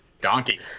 donkey